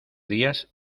días